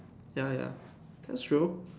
ya ya that's true